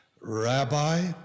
Rabbi